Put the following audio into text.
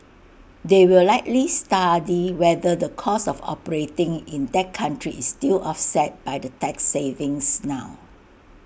they will likely study whether the cost of operating in that country is still offset by the tax savings now